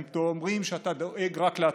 הם אומרים שאתה דואג רק לעצמך,